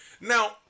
now